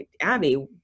Abby